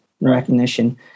recognition